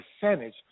percentage